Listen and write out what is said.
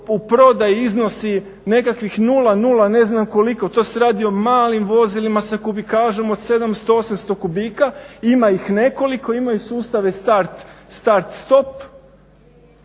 u prodaji iznosi nekakvih nula nula, ne znam koliko, to se radi o malim vozilima sa kubikažom od 700, 800 kubika, ima ih nekoliko, imaju sustave start stop,